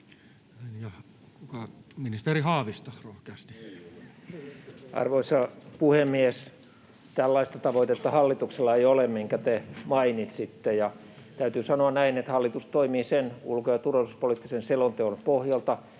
Ministeri Haavisto, rohkeasti. Arvoisa puhemies! Tällaista tavoitetta hallituksella ei ole, minkä te mainitsitte. Täytyy sanoa, että hallitus toimii sen ulko- ja turvallisuuspoliittisen selonteon pohjalta,